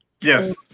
Yes